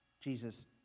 Jesus